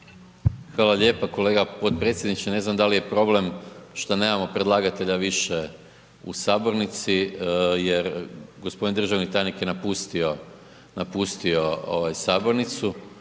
Hvala lijepo kolega potpredsjedniče, ne znam da li je problem što nemamo predlagatelja više u sabornici jer g. državni tajnik je napustio sabornicu.